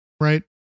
right